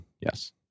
yes